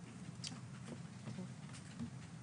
ברשותך, שלוש דקות.